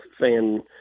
fan